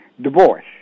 Divorce